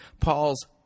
Paul's